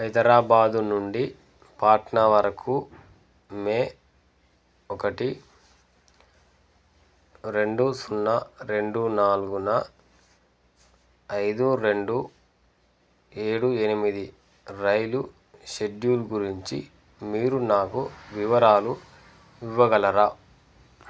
హైదరాబాదు నుండి పాట్నా వరకు మే ఒకటి రెండు సున్నా రెండు నాలుగున ఐదు రెండు ఏడు ఎనిమిది రైలు షెడ్యూల్ గురించి మీరు నాకు వివరాలు ఇవ్వగలరా